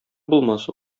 булмас